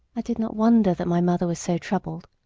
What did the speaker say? i did not wonder that my mother was so troubled.